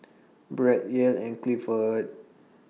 Brett Yael and Gifford